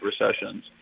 recessions